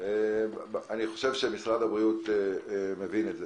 ואני חושב שמשרד הבריאות מבין את זה.